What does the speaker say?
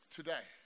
Today